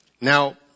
Now